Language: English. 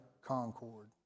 Concord